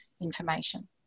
information